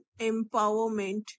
empowerment